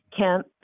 Kemp